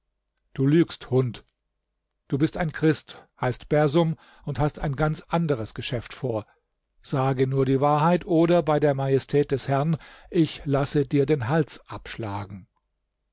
du lügst hund du bist ein christ heißt bersum und hast ein ganz anderes geschäft vor sage nur die wahrheit oder bei der majestät des herrn ich lasse dir den hals abschlagen